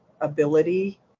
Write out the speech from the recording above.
ability